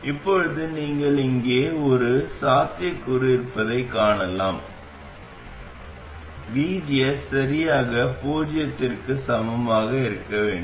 இப்போது நீங்கள் இங்கே ஒரே ஒரு சாத்தியக்கூறு இருப்பதைக் காணலாம் vgs சரியாக பூஜ்ஜியத்திற்கு சமமாக இருக்க வேண்டும்